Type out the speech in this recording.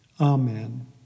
Amen